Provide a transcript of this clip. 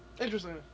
Interesting